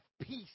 peace